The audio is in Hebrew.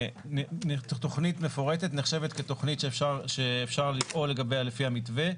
תכנית מפורטת נחשבת כתכנית שאפשר לפעול לגביה לפי המתווה,